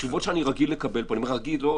התשובות שאני רגיל לקבל פה לא בשמי,